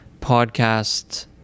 podcast